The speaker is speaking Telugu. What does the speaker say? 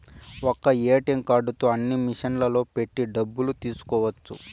ఒక్క ఏటీఎం కార్డుతో అన్ని మిషన్లలో పెట్టి డబ్బులు తీసుకోవచ్చు